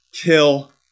kill